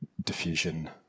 diffusion-